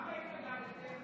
למה התנגדתם